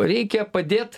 reikia padėt